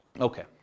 Okay